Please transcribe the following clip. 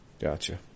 Gotcha